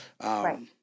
right